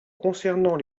concernant